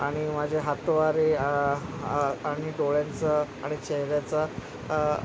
आणि माझ्या हातवारे आणि डोळ्यांचं आणि चेहऱ्याचं